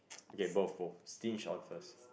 okay both both stinge on first